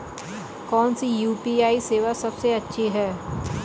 कौन सी यू.पी.आई सेवा सबसे अच्छी है?